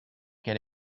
quel